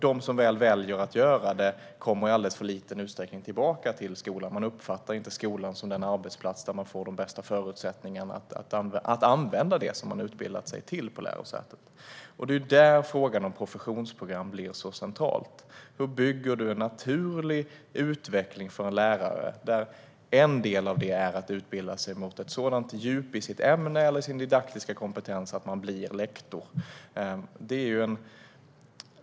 De som väljer att göra det kommer dessutom tillbaka till skolan i alldeles för liten utsträckning. Man uppfattar inte skolan som en arbetsplats där man får de bästa förutsättningarna för att använda det man har utbildat sig till på lärosätet. Det är där frågan om professionsprogram blir central. Hur bygger vi en naturlig utveckling för lärare? En del av det ska vara att utbilda sig mot ett sådant djup i sitt ämne eller sin didaktiska kompetens att man blir lektor.